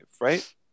right